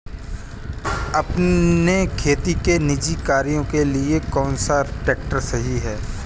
अपने खेती के निजी कार्यों के लिए कौन सा ट्रैक्टर सही है?